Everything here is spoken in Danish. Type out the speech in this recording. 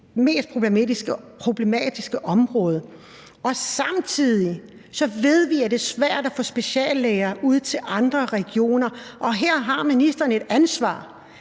det mest problematiske område. Samtidig ved vi, at det er svært at få speciallæger ud til andre regioner, og her har ministeren jo et ansvar.